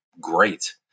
great